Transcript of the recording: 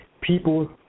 people